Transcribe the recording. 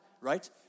right